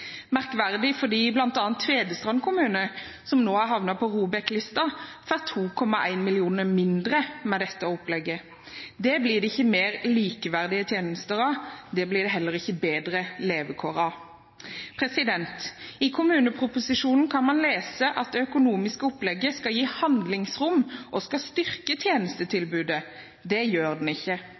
merkverdig fordi bl.a. Tvedestrand kommune, som nå er havnet på ROBEK-listen, får 2,1 mill. kr mindre med dette opplegget. Det blir det ikke mer likeverdige tjenester av, og det blir det heller ikke bedre levekår av. I kommuneproposisjonen kan man lese at det økonomiske opplegget skal gi handlingsrom, og skal styrke tjenestetilbudet. Det gjør det ikke,